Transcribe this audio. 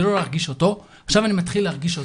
לא להרגיש אותו - עכשיו אני מתחיל להרגיש אותו.